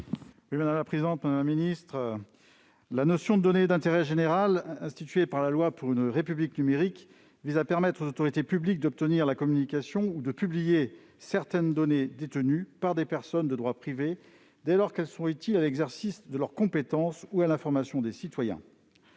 : La parole est à M. Patrick Chaize. La notion de données d'intérêt général, instituée par la loi du 7 octobre 2016 pour une République numérique, vise à permettre aux autorités publiques d'obtenir la communication ou de publier certaines données détenues par des personnes de droit privé dès lors qu'elles sont utiles à l'exercice de leurs compétences ou à l'information des citoyens.